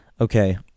Okay